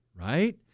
right